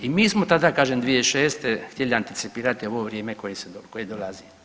I mi smo tada, kažem 2006. htjeli anticipirati ovo vrijeme koje dolazi.